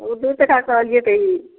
ओ दू टका कहलिए तऽ ई